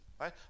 right